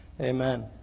Amen